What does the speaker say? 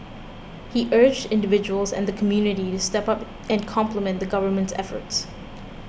he urged individuals and the community to step up and complement the government's efforts